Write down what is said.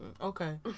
Okay